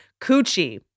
Coochie